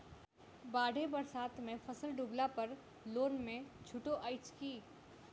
बाढ़ि बरसातमे फसल डुबला पर लोनमे छुटो अछि की